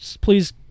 please